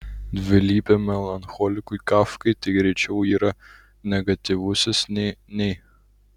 dvilypiam melancholikui kafkai tai greičiau yra negatyvusis nei nei